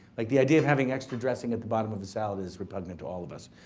like, the idea of having extra dressing at the bottom of a salad is repugnant to all of us.